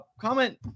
comment